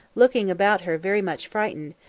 looking about her very much frightened,